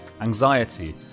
anxiety